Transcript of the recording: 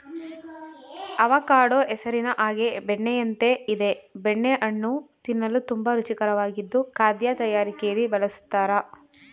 avocado ಹೆಸರಿನ ಹಾಗೆ ಬೆಣ್ಣೆಯಂತೆ ಇದೆ ಬೆಣ್ಣೆ ಹಣ್ಣು ತಿನ್ನಲು ತುಂಬಾ ರುಚಿಕರವಾಗಿದ್ದು ಖಾದ್ಯ ತಯಾರಿಕೆಲಿ ಬಳುಸ್ತರೆ